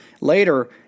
Later